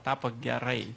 tapo gerai